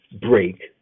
break